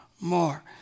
more